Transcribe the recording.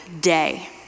day